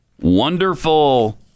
wonderful